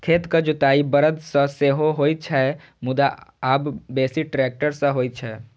खेतक जोताइ बरद सं सेहो होइ छै, मुदा आब बेसी ट्रैक्टर सं होइ छै